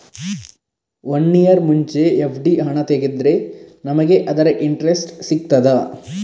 One year ಮುಂಚೆ FD ಹಣ ತೆಗೆದ್ರೆ ನಮಗೆ ಅದರ ಇಂಟ್ರೆಸ್ಟ್ ಸಿಗ್ತದ?